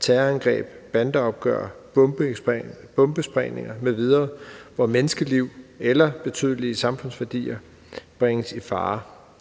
terrorangreb, bandeopgør, bombesprængninger m.v., hvor menneskeliv eller betydelige samfundsværdier bringes i fare.